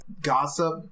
gossip